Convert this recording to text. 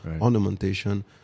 ornamentation